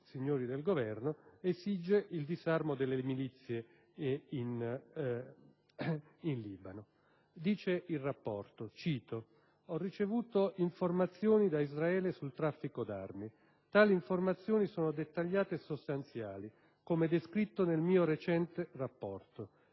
signori del Governo, esige il disarmo delle milizie in Libano, sostiene: «Ho ricevuto informazioni da Israele sul traffico d'armi. Tali informazioni sono dettagliate e sostanziali, come descritto nel mio recente rapporto.